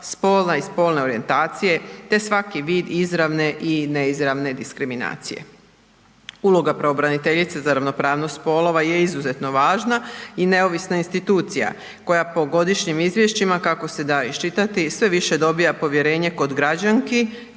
spola i spolne orijentacije te svaki vid izravne i neizravne diskriminacije. Uloga pravobraniteljice za ravnopravnost spolova je izuzetno važna i neovisna institucija koja po godišnjim izvješćima kako se da iščitati sve više dobiva povjerenje kod građanki